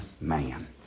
man